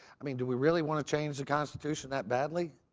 i mean, do we really want to change the constitution that badly?